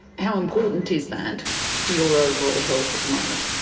how important is that for your overall health at the moment?